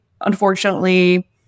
unfortunately